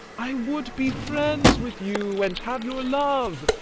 i would be friends with you, and have your love,